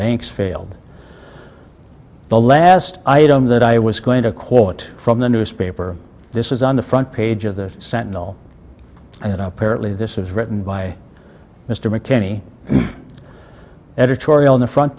banks failed and the last item that i was going to quote from the newspaper this is on the front page of the sentinel and apparently this is written by mr mckinney editorial on the front